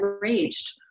raged